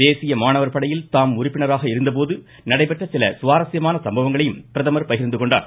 தேசிய மாணவர் படையில் தாம் உறுப்பினராக இருந்த போது நடைபெற்ற சில சுவாரஸ்ய சம்பவங்களையும் பிரதமர் பகிர்ந்து கொண்டார்